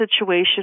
situation